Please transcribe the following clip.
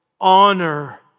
honor